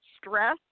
stress